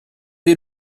dès